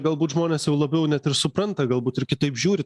galbūt žmonės jau labiau net ir supranta galbūt ir kitaip žiūri